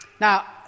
Now